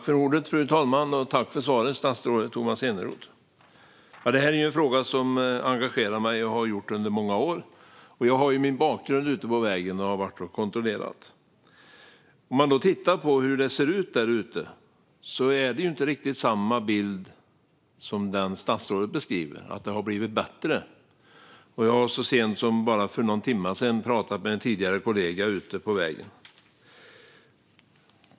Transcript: Fru talman! Tack, statsrådet Tomas Eneroth, för svaret! Detta är en fråga som engagerar mig och som har gjort det under många år. Jag har ju min bakgrund ute på vägen och har varit ute och kontrollerat. Om man tittar på hur det ser ut där ute ser man inte riktigt samma bild som den statsrådet beskriver, det vill säga att det har blivit bättre. Så sent som för någon timme sedan pratade jag med en tidigare kollega ute på vägen.